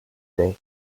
day